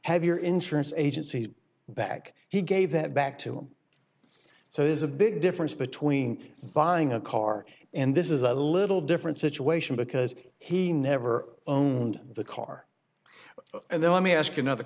your insurance agency back he gave that back to him so is a big difference between buying a car and this is a little different situation because he never owned the car and then let me ask another